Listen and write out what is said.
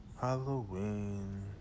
Halloween